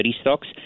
stocks